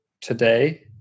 today